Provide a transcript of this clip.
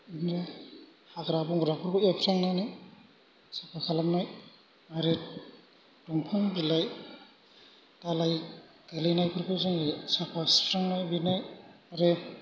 बिदिनो हाग्रा बंग्राफोरखौ एवस्रांनानै साफा खालामनाय आरो दंफां बिलाइ दालाय गोलैनायफोरखौ जोङो साफा सुस्रांनाय लिरनाय आरो